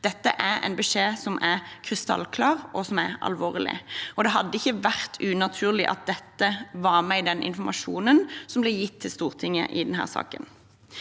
Dette er en beskjed som er krystallklar og alvorlig. Det hadde ikke vært unaturlig at dette var med i informasjonen som ble gitt til Stortinget i denne saken.